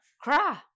Cry